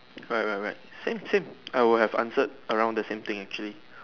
right right right same same I would have answered around the same thing actually